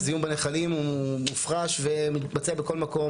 זיהום בנחלים הוא מופרש ומתבצע בכל מקום.